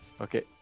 Okay